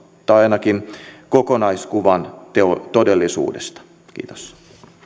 tai ainakaan kokonaiskuvaa todellisuudesta kiitos